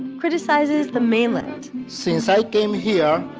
criticizes the mainland since i came here,